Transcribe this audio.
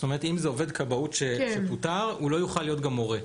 זאת אומרת אם זה עובד כבאות שפוטר הוא לא יוכל להיות גם מורה.